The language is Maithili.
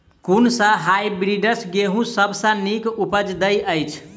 कुन सँ हायब्रिडस गेंहूँ सब सँ नीक उपज देय अछि?